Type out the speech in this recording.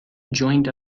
joined